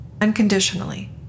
Unconditionally